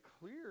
clear